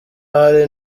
ahari